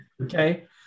okay